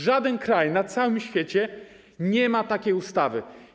Żaden kraj na całym świecie nie ma takiej ustawy.